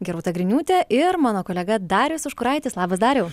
geruta griniūtė ir mano kolega darius užkuraitis labas dariau